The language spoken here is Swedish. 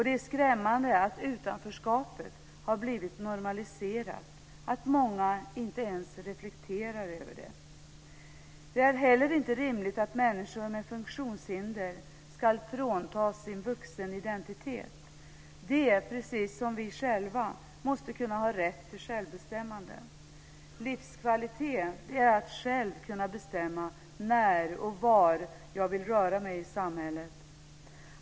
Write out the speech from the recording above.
Det är skrämmande att utanförskapet har blivit så normaliserat att många inte ens reflekterar över det. Det är heller inte rimligt att människor med funktionshinder ska fråntas sin vuxenidentitet. De, precis som vi själva, måste kunna ha rätt till självbestämmande. Livskvalitet är att själv kunna bestämma när och var jag vill röra mig i samhället.